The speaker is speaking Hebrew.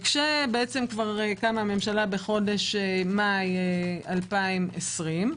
כשקמה הממשלה במאי 2020,